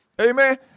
Amen